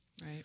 Right